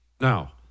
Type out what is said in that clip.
Now